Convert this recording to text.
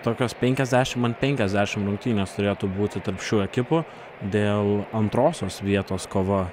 tokios penkiasdešimt ant penkiasdešimt rungtynės turėtų būti tarp šių ekipų dėl antrosios vietos kova